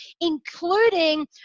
including